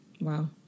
Wow